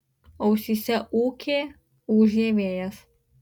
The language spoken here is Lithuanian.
ausyse ūkė ūžė vėjas